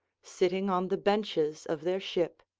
sitting on the benches of their ship.